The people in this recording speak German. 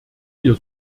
ihr